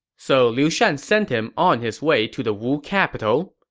so liu shan sent him on his way to the wu capital